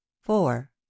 four